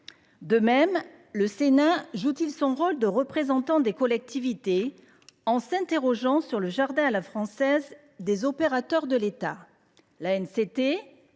De même, la Haute Assemblée joue son rôle de représentant des collectivités, en s’interrogeant sur le jardin à la française des opérateurs de l’État.